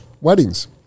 weddings